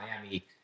Miami